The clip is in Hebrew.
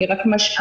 היא רק משהה,